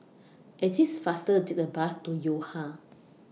IT IS faster Take The Bus to Yo Ha